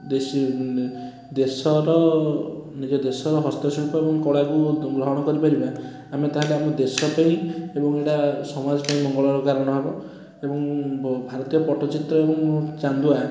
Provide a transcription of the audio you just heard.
ଦେଶୀ ଦେଶର ନିଜ ଦେଶର ହସ୍ତଶିଳ୍ପ ଏବଂ କଳାକୁ ବହୁତ ଗ୍ରହଣ କରି ପାରିବା ଆମେ ତା'ହେଲେ ଆମ ଦେଶ ପାଇଁ ଏବଂ ଏଇଟା ସମାଜ ପାଇଁ ମଙ୍ଗଳର କାରଣ ହେବ ଏବଂ ଭାରତୀୟ ପଟ୍ଟଚିତ୍ର ଏବଂ ଚାନ୍ଦୁଆ